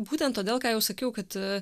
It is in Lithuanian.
būtent todėl ką jau sakiau kad